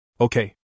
Okay